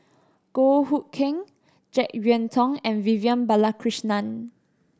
Goh Hood Keng Jek Yeun Thong and Vivian Balakrishnan